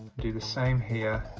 do the same here